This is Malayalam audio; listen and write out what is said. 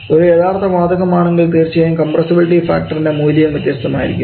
ഒരു യഥാർത്ഥ വാതകം ആണെങ്കിൽ തീർച്ചയായും കംപ്രസബിലിറ്റി ഫാക്ടറിൻറെ മൂല്യവും വ്യത്യസ്തമായിരിക്കും